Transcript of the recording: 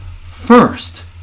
first